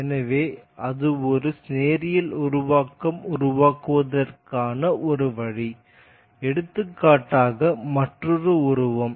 எனவே அது ஒரு நேரியல் உருவாக்கம் உருவாக்குவதற்கான ஒரு வழி எடுத்துக்காட்டாக மற்றொரு உருவம்